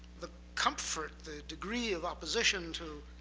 the comfort, the degree of opposition to